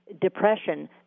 depression